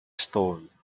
storm